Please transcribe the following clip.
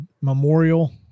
Memorial –